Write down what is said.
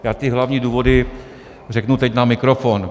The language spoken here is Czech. Já ty hlavní důvody řeknu teď na mikrofon.